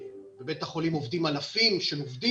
בבית החולים הדסה בירושלים עובדים אלפי עובדים,